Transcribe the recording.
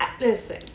Listen